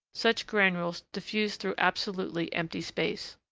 such granules diffused through absolutely empty space.